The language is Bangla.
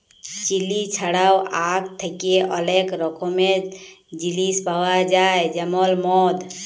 চিলি ছাড়াও আখ থ্যাকে অলেক রকমের জিলিস পাউয়া যায় যেমল মদ